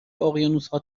اقیانوسها